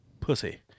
Pussy